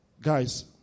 Guys